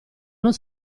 non